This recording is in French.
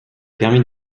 permis